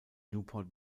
newport